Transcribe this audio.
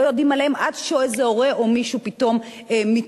לא יודעים עליהם עד שאיזה הורה או מישהו פתאום מתעורר.